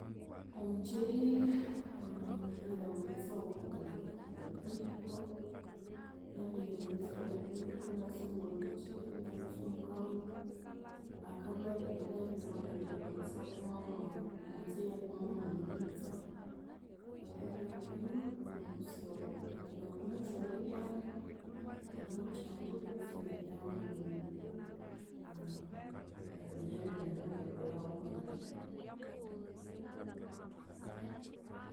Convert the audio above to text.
﻿omukyeri ngahira amaghetsa woku wokuliku, nabihira amaghets wokuliko, inasombolha omukyeri inatsumbawu. Akabya abiribera, ingalangirindi amaghetse akumamu omukyeri akumamu maghetsa, akabya abiryuma iwalhusyawoko. Betu nangana thoweryamu amawuthande, kutsi inahiramu ebindi bindu ngepilawo ngebyo